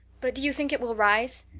but do you think it will rise?